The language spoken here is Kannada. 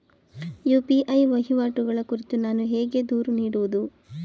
ಯು.ಪಿ.ಐ ವಹಿವಾಟುಗಳ ಕುರಿತು ನಾನು ಹೇಗೆ ದೂರು ನೀಡುವುದು?